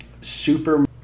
super